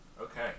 Okay